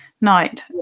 night